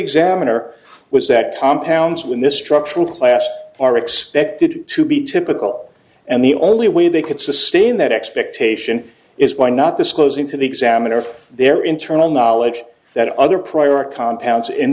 examiner was that compounds when this structural clash are expected to be typical and the only way they could sustain that expectation is why not disclosing to the examiner their internal knowledge that other prior are calm pounds in